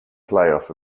playoff